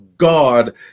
God